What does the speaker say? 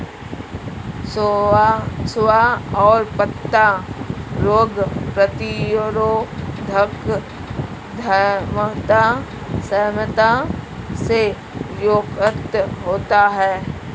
सोआ का पत्ता रोग प्रतिरोधक क्षमता से युक्त होता है